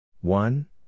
one